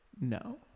no